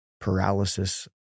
paralysis